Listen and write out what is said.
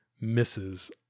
misses